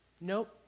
Nope